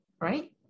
right